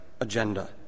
agenda